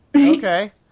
Okay